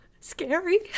scary